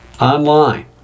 Online